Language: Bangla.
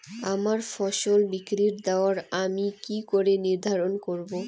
আমার ফসল বিক্রির দর আমি কি করে নির্ধারন করব?